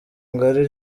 ngari